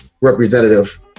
representative